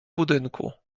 budynku